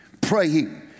Praying